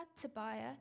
Tobiah